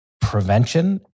prevention